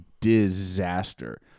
disaster